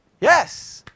Yes